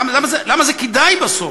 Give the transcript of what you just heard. למה זה כדאי, בסוף?